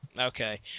okay